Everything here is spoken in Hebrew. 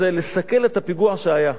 מסכלים את הפיגוע שהיה.